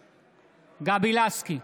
לסקי,